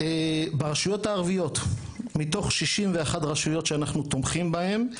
ברשויות הערביות מתוך 61 רשויות שאנחנו תומכים בהן,